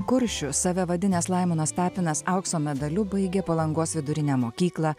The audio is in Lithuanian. kuršiu save vadinęs laimonas tapinas aukso medaliu baigė palangos vidurinę mokyklą